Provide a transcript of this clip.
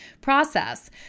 process